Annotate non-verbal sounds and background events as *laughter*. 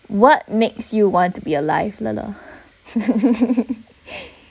what makes you want to be alive le le *laughs*